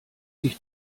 dich